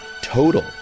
total